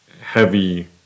heavy